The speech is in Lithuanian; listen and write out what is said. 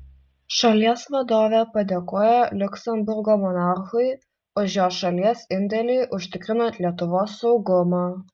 šalies vadovė padėkojo liuksemburgo monarchui už jo šalies indėlį užtikrinant lietuvos saugumą